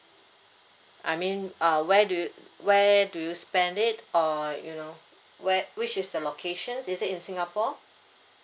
I mean uh where do you where do you spend it or you know where which is the locations is it in singapore